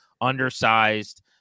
undersized